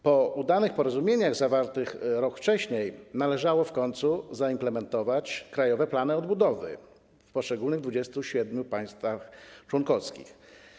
Po udanych porozumieniach zawartych rok wcześniej należało w końcu zaimplementować krajowe plany odbudowy w poszczególnych 27 państwach członkowskich.